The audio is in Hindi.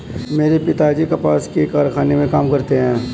मेरे पिताजी कपास के कारखाने में काम करते हैं